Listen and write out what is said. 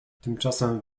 tymczasem